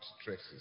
stresses